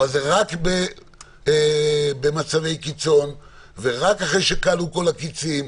אבל זה רק במצבי קיצון ורק אחרי שכלו כל הקיצין,